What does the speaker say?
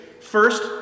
First